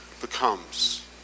becomes